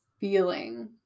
feeling